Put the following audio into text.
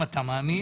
גם אתה מאמין,